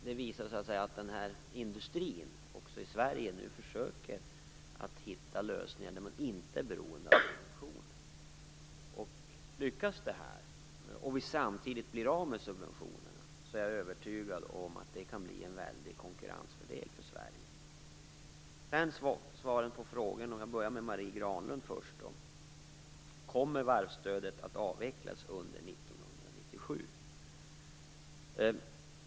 Detta visar att denna industri även i Sverige nu försöker hitta lösningar där man inte är beroende subventioner. Om detta lyckas och vi samtidigt blir av med subventionerna är jag övertygad om att det kan bli en stor konkurrensfördel för Sverige. Jag skall därefter svara på frågorna. Marie Granlund frågade: Kommer varvsstödet att avvecklas under 1997?